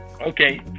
Okay